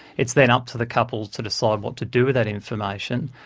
it's then up to the couple to decide what to do with that information.